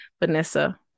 Vanessa